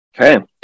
Okay